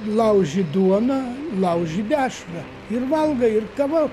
lauži duoną lauži dešrą ir valgai ir kava